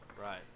Right